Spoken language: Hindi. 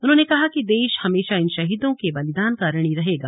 उन्होंने कहा कि देश हमेशा इन शहीदों के बलिदान का ऋणी रहेगा